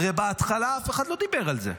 הרי בהתחלה אף אחד לא דיבר על זה.